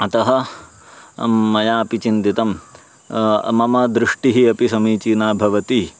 अतः मया अपि चिन्तितं मम दृष्टिः अपि समीचीना भवति